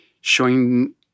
showing